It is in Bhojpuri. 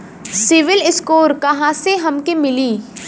सिविल स्कोर कहाँसे हमके मिली?